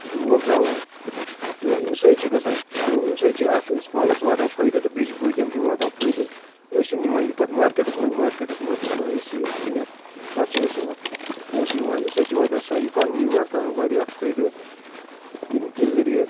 تِم وۄپداوان تہٕ اَمۍ سۭتۍ چھِ گژھان کٲم اَمۍ سۭتۍ چھِ اَکھ أسۍ پانَس واتان فٲیدٕ تہٕ بیٚیہِ چھِ بٲقِیَن تہِ واتان فٲیدٕ أسۍ چھِ نِوان یہِ پَتہٕ مارکیٹَس منٛز مارکیٹَس منٛز چھِ ژھٕنان أسۍ یہِ کٕنِتھ پَتہٕ چھِ اَسہِ اَتھ پونٛسہٕ یِوان اَمۍ سۭتۍ چھِ واتان سانہِ اِکانمی واتان واریاہ فٲیدٕ ییٚمۍ کہِ ذٔریہِ